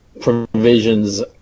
provisions